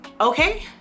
Okay